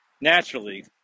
naturally